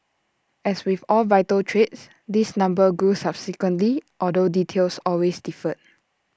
as with all vital trades this number grew subsequently although details always differed